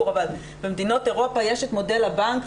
במדינות אירופה יש מודל הבנק,